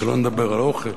שלא נדבר על אוכל.